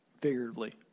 figuratively